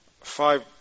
five